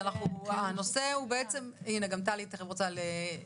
גם טלי תיכף תרצה להתייחס.